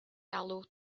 alw